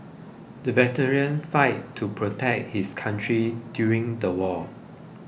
the veteran fought to protect his country during the war